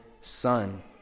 son